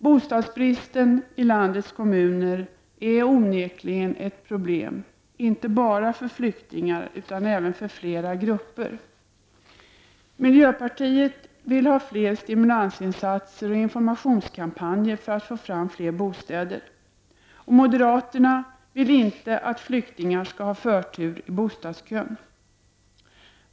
Bostadsbristen i landets kommuner är onekligen ett problem, inte bara för flyktingar utan även för flera grupper. Miljöpartiet vill ha fler stimulansinsatser och informationskampanjer för att få fram fler bostäder. Moderaterna vill inte att flyktingarna skall ha förtur i bostadskön.